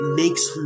makes